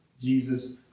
Jesus